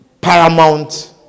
paramount